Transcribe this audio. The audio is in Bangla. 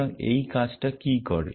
সুতরাং এই কাজটা কি করে